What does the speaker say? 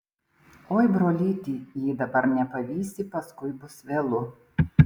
oi brolyti jei dabar nepavysi paskui bus vėlu